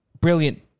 brilliant